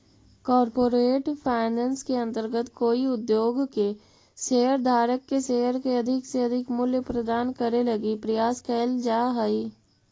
corporate finance के अंतर्गत कोई उद्योग के शेयर धारक के शेयर के अधिक से अधिक मूल्य प्रदान करे लगी प्रयास कैल जा हइ